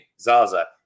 Zaza